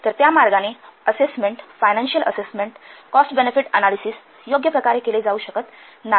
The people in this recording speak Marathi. तर त्या मार्गाने assessment financial assessment cost benefit analysis योग्य प्रकारे केले जाऊ शकत नाही